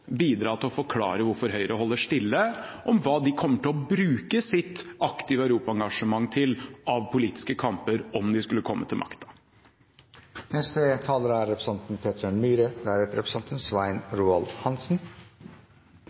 bidra til å forklare hvorfor Høyre er stille om hvilke politiske kamper de kommer til å bruke sitt aktive europaengasjement til, om de skulle komme til